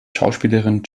schauspielerin